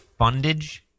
fundage